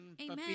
amen